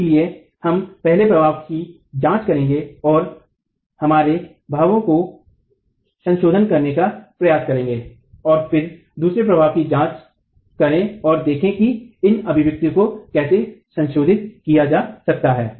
इसलिए हम पहले प्रभाव की जांच करेंगे और हमारे भावों को संशोधित करने का प्रयास करेंगे और फिर दूसरे प्रभाव की जांच करें और देखें कि इन अभिव्यक्तियों को कैसे संशोधित किया जा सकता है